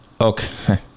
Okay